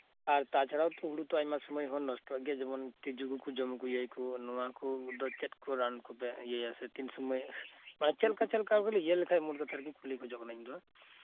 ᱟᱨ ᱛᱟ ᱪᱷᱟᱲᱟᱣ ᱛᱚ ᱦᱳᱲᱳ ᱛᱚ ᱟᱭᱢᱟ ᱥᱳᱢᱳᱭ ᱦᱚᱸ ᱱᱚᱥᱴᱚᱜ ᱜᱮᱭᱟ ᱡᱮᱢᱚᱱ ᱛᱤᱡᱳ ᱠᱚ ᱠᱚ ᱡᱚᱢ ᱟᱜᱩ ᱤᱭᱟᱹ ᱭᱟᱠᱚ ᱱᱚᱶᱟ ᱠᱚ ᱫᱚ ᱪᱮᱫ ᱠᱚ ᱨᱟᱱ ᱠᱚᱯᱮ ᱤᱭᱟᱹᱭᱟ ᱥᱮ ᱛᱤᱱ ᱥᱩᱢᱟᱹᱭ ᱢᱟᱱᱮ ᱪᱮᱫ ᱞᱮᱠᱟ ᱪᱮᱫ ᱞᱮᱠᱟ ᱵᱚᱱ ᱤᱭᱟᱹ ᱞᱮᱠᱷᱟᱱ ᱢᱳᱴ ᱠᱟᱛᱷᱟ ᱠᱩᱠᱞᱤᱧ ᱠᱷᱚᱡᱚᱜ ᱠᱟᱱᱟ ᱤᱧ ᱫᱚ